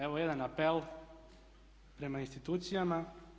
Evo jedan apel prema institucijama.